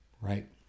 right